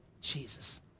Jesus